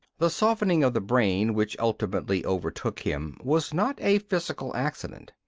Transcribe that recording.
the softening of the brain which ultimately overtook him was not a physical accident.